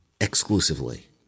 exclusively